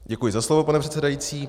Děkuji za slovo, pane předsedající.